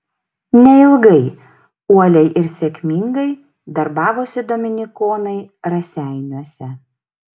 neilgai uoliai ir sėkmingai darbavosi dominikonai raseiniuose